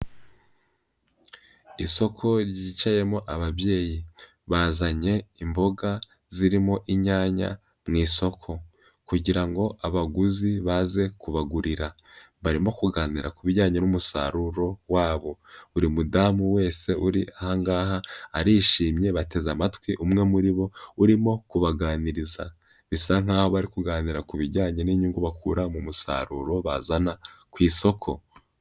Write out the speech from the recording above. Isoko ryicayemo ababyeyi, bazanye imboga zirimo inyanya mu isoko, kugira ngo abaguzi baze kubagurira, barimo kuganira ku bijyanye n'umusaruro wabo, buri mudamu wese uri ahangaha, arishimye bateze amatwi umwe muri bo, urimo kubaganiriza bisa nkaho bari kuganira ku bijyanye n'inyungu bakura mu musaruro bazana ku isoko.